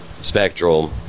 spectral